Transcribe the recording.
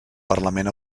parlament